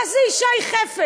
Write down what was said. מה זה "אישה היא חפץ"?